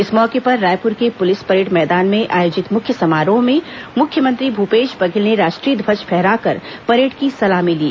इस मौके पर रायपुर के पुलिस परेड मैदान में आयोजित मुख्य समारोह में मुख्यमंत्री भूपेश बघेल ने राष्ट्रीय ध्वज फहराकर परेड की सलामी ली